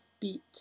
beat